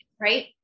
Right